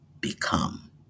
become